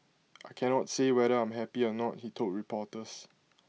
I cannot say whether I'm happy or not he told reporters